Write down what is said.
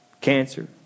cancer